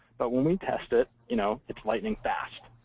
but when we test it, you know it's lightning fast.